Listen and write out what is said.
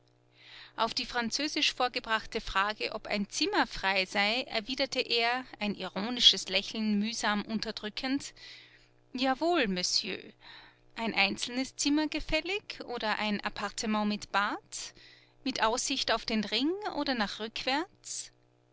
auf die französisch vorgebrachte frage ob ein zimmer frei sei erwiderte er ein ironisches lächeln mühsam unterdrückend jawohl monsieur ein einzelnes zimmer gefällig oder ein appartement mit bad mit aussicht auf den ring oder nach rückwärts